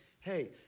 hey